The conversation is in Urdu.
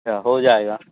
اچھا ہو جائے گا